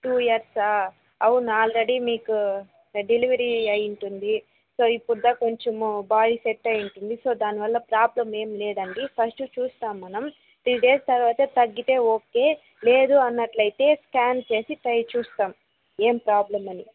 two years ఆ అవును already మీకు డెలివరీ అయ్యి ఉంటుంది సో ఇప్పుడు దాకా కొంచం బాడీ సెట్ అయ్యుంటుంది సో దాని వల్ల ప్రాబ్లెమ్ ఏం లేదండీ ఫస్ట్ చూస్తాం మనం త్రీ డేస్ తర్వాత తగ్గితే ఓకే లేదు అన్నట్లయితే స్కాన్ చేసి చూస్తాం ఏం ప్రాబ్లమ్ అని